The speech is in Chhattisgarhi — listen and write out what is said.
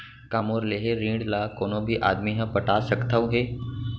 का मोर लेहे ऋण ला कोनो भी आदमी ह पटा सकथव हे?